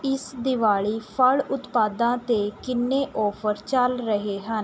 ਇਸ ਦਿਵਾਲੀ ਫਲ਼ ਉਤਪਾਦਾਂ 'ਤੇ ਕਿੰਨੇ ਓਫ਼ਰ ਚੱਲ ਰਹੇ ਹਨ